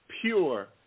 pure